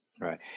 Right